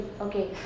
Okay